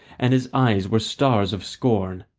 and his eyes were stars of scorn,